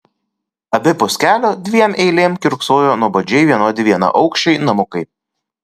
abipus kelio dviem eilėm kiurksojo nuobodžiai vienodi vienaaukščiai namukai